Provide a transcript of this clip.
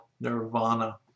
nirvana